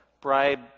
bribe